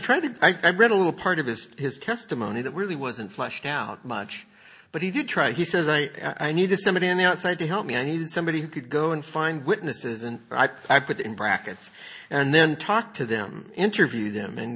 bring a little part of his his testimony that really wasn't fleshed out much but he did try he says i i needed somebody on the outside to help me i needed somebody who could go and find witnesses and i put in brackets and then talk to them interview them and